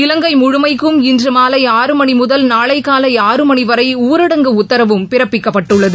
இலங்கை முழுமைக்கும் இன்று மாலை ஆறு மணி முதல் நாளை காலை ஆறு மணி வரை ஊடரங்கு உத்தரவும் பிறப்பிக்கப்பட்டுள்ளது